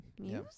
Muse